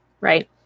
Right